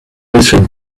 written